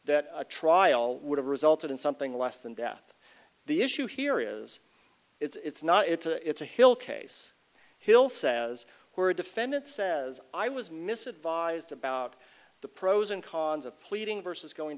that a trial would have resulted in something less than death the issue here is it's not it's a it's a hill case hill says we're a defendant says i was misled vised about the pros and cons of pleading versus going